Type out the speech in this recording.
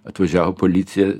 atvažiavo policija